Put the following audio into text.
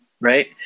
right